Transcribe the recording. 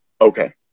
Okay